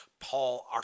Paul